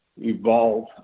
evolve